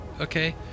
Okay